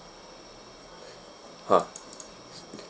!huh!